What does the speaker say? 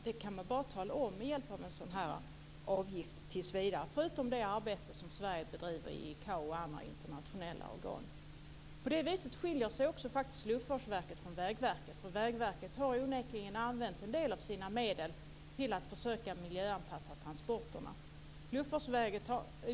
Det kan man bara tala om med hjälp av en sådan här avgift tills vidare, förutom med det arbete som Sverige bedriver i ICAO och andra internationella organ. På det viset skiljer sig Luftfartsverket också från Vägverket. Vägverket har onekligen använt en del av sina medel till att försöka miljöanpassa transporterna.